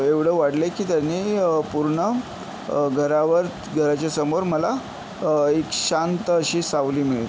एवढं वाढलंय की त्याने पूर्ण घरावर घराच्यासमोर मला एक शांत अशी सावली मिळते